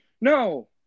No